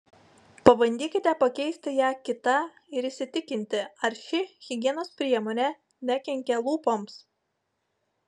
pabandykite pakeisti ją kita ir įsitikinti ar ši higienos priemonė nekenkia lūpoms